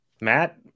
Matt